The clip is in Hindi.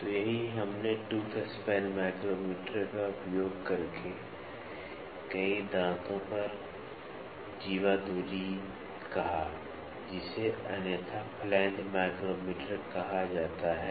तो यही हमने टूथ स्पैन माइक्रोमीटर का उपयोग करके कई दांतों पर जीवा दूरी कहा जिसे अन्यथा फ्लैंज माइक्रोमीटर कहा जाता है